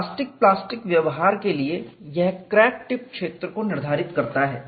elastic plastic व्यवहार के लिए यह क्रैक टिप क्षेत्र को निर्धारित करता है